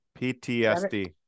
PTSD